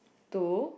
two